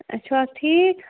اَتہِ چھِو حظ ٹھیٖک